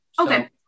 Okay